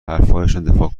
دفاع